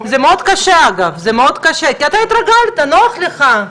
זה מאוד קשה, כי אתה התרגלת, נוח לך,